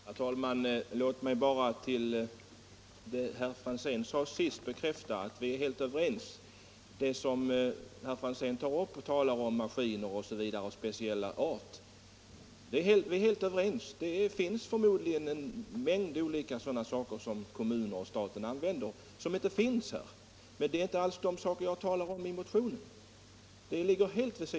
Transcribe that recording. Herr talman! Låt mig efter vad herr Franzén senast sade bekräfta att vi är helt överens när det gäller maskiner och fordon av speciell art. Det finns förmodligen en mängd olika maskiner som staten och kommunerna använder men som inte tillverkas i Sverige. Men det är inte dessa fordon som jag tar upp i motionen.